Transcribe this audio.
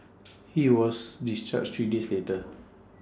he was discharged three days later